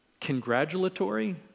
congratulatory